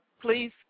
please